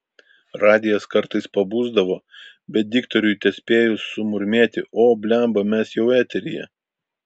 radijas kartais pabusdavo bet diktoriui tespėjus sumurmėti o bliamba mes jau eteryje